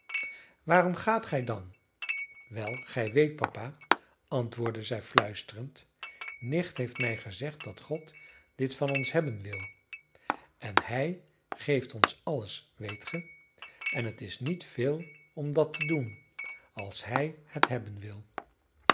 waarom gaat gij dan wel gij weet papa antwoordde zij fluisterend nicht heeft mij gezegd dat god dit van ons hebben wil en hij geeft ons alles weet ge en het is niet veel om dat te doen als hij het hebben wil